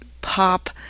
pop